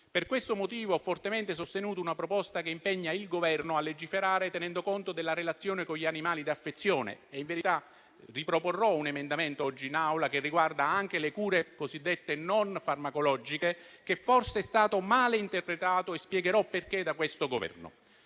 Per questo motivo ho fortemente sostenuto una proposta che impegna il Governo a legiferare tenendo conto della relazione con gli animali d'affezione. In verità, riproporrò un emendamento oggi in Aula che riguarda anche le cure cosiddette non farmacologiche, che forse è stato male interpretato - e spiegherò perché - da questo Governo.